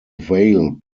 vale